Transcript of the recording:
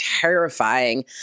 terrifying